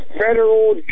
federal